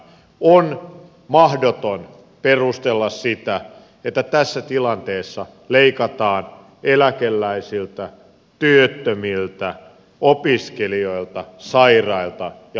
on mahdoton perustella sitä että tässä tilanteessa leikataan eläkeläisiltä työttömiltä opiskelijoilta sairailta ja lapsiperheiltä